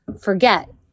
forget